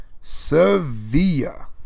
sevilla